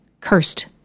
cursed